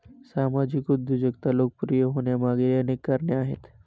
सामाजिक उद्योजकता लोकप्रिय होण्यामागे अनेक कारणे आहेत